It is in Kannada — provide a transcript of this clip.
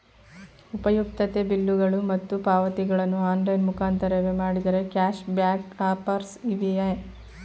ಉಪಯುಕ್ತತೆ ಬಿಲ್ಲುಗಳು ಮತ್ತು ಪಾವತಿಗಳನ್ನು ಆನ್ಲೈನ್ ಮುಖಾಂತರವೇ ಮಾಡಿದರೆ ಕ್ಯಾಶ್ ಬ್ಯಾಕ್ ಆಫರ್ಸ್ ಇವೆಯೇ?